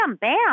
bam